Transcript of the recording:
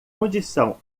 condição